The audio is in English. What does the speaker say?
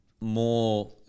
more